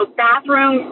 bathroom